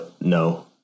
No